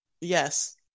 yes